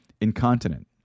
Incontinent